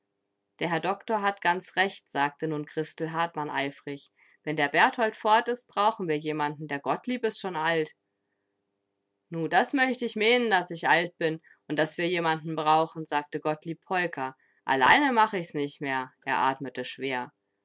der herr doktor hat ganz recht sagte nun christel hartmann eifrig wenn der berthold fort ist brauchen wir jemanden der gottlieb is schon alt nu das möcht ich meenen daß ich alt bin und daß wir jemanden brauchen sagte gottlieb peuker alleine mach ich's nich mehr er atmete schwer